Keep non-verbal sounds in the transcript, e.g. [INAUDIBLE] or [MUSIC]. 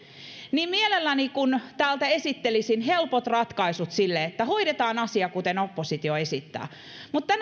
niin mielelläni kuin täältä esittelisin helpot ratkaisut sille että hoidetaan asia kuten oppositio esittää mutta [UNINTELLIGIBLE]